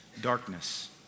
darkness